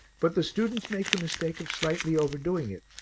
but the students make the mistake of slightly overdoing it.